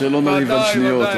שלא נריב על שניות,